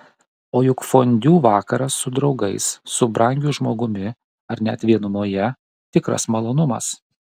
o juk fondiu vakaras su draugais su brangiu žmogumi ar net vienumoje tikras malonumas